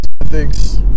ethics